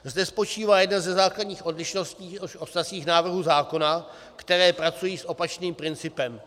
Zde spočívá jedna ze základních odlišností od ostatních návrhů zákona, které pracují s opačným principem.